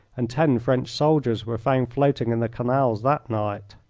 and ten french soldiers were found floating in the canals that night.